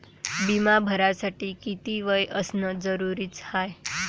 बिमा भरासाठी किती वय असनं जरुरीच हाय?